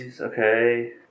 Okay